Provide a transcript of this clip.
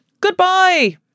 goodbye